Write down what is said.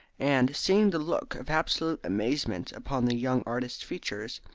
and seeing the look of absolute amazement upon the young artist's features,